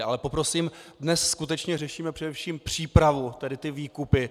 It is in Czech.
Ale poprosím, dnes skutečně řešíme především přípravu, tady ty výkupy.